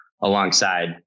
alongside